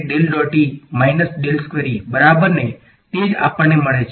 બરાબર ને તે જ આપણને મળે છે